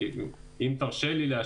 אם תרשה לי להשלים